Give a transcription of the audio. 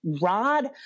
rod